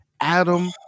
Adam